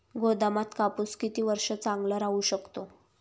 गोदामात कापूस किती वर्ष चांगला राहू शकतो?